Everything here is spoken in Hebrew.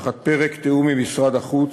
תחת פרק תיאום עם משרד החוץ,